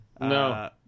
No